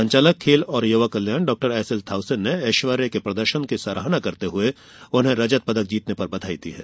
संचालक खेल और युवा कल्याण डॉएसएल थाउसेन ने ऐश्वर्य के प्रदर्शन की सराहना करते हुए उन्हें रजत पदक जीतने पर बधाई दी है